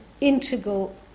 integral